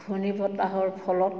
ঘূৰ্ণিবতাহৰ ফলত